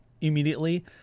immediately